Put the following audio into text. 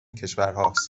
کشورهاست